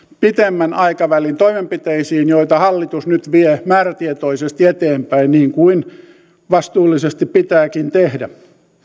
pitemmän aikavälin toimenpiteisiin joita hallitus nyt vie määrätietoisesti eteenpäin niin kuin vastuullisesti pitääkin tehdä